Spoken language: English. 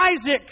Isaac